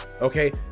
okay